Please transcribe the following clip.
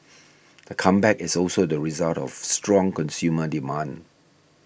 the comeback is also the result of strong consumer demand